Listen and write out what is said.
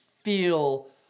feel